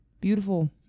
beautiful